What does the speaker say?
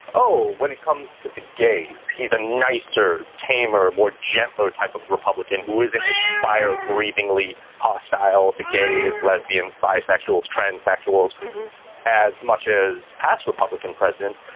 oh, when it comes to the gays, he's a nicer tamer or more gentler type of republican who isn't as fire breathing lee hostile to gays, lesbians, bisexuals, transsexuals as much as past republican presidents.